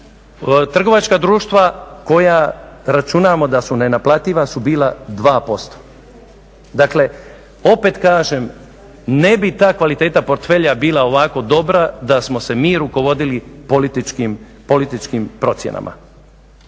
Trgovačka društva koja računamo da su nenaplativa su bila 2%. Dakle, opet kažem ne bi ta kvaliteta portfelja bila ovako dobra da smo se mi rukovodili političkim procjenama.